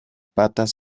patas